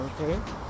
okay